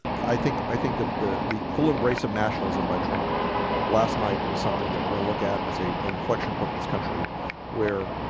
i think i think that the the full embrace of nationalism by trump last night was something that we're gonna look at as a and inflection point in this country we